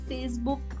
Facebook